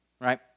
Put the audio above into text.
right